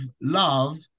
love